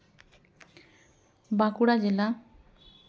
ᱵᱟᱸᱠᱩᱲᱟ ᱡᱮᱞᱟ